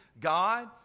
God